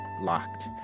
locked